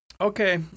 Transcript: okay